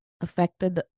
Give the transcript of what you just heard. affected